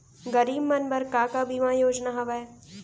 गरीब मन बर का का बीमा योजना हावे?